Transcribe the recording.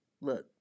Look